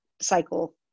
cycle